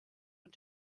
und